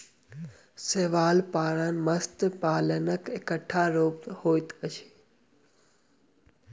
शैवाल पालन मत्स्य पालनक एकटा रूप होइत अछि